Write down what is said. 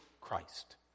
Christ